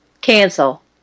Cancel